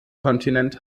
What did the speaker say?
kontinent